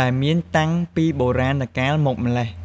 ដែលមានតាំងពីបុរាណកាលមកម៉្លេះ។